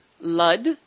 Lud